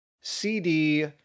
CD